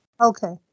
Okay